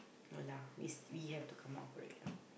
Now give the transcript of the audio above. no lah is we have to come out for it lah